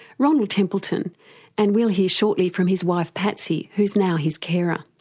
ronald templeton and we'll hear shortly from his wife patsy, who's now his carer.